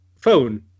phone